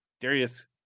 Darius